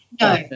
No